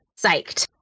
psyched